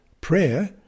prayer